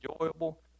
enjoyable